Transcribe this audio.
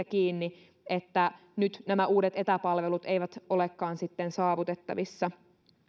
kiinni että nyt nämä uudet etäpalvelut eivät olekaan saavutettavissa